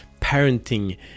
parenting